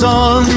on